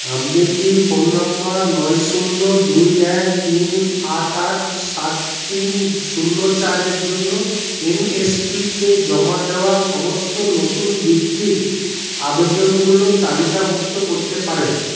আপনি কি phone number নয় শূন্য দুই এক তিন আট আট সাত তিন শূন্য চারের জন্য এন এস পি তে জমা দেওয়ার সমস্ত নতুন বৃত্তির আবেদনগুলো তালিকাভুক্ত করতে পারেন